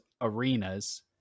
arenas